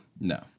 No